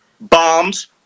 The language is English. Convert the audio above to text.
bombs